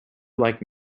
like